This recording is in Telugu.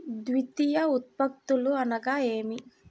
ద్వితీయ ఉత్పత్తులు అనగా నేమి?